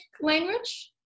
language